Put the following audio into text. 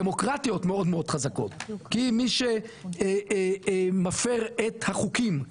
דמוקרטיות מאוד מאוד חזקות כי מי שמפר את החוקים כן,